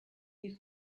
you